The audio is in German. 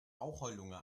raucherlunge